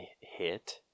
hit